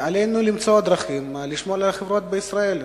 עלינו למצוא דרכים לשמור על החברות בישראל,